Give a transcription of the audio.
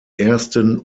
ersten